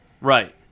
Right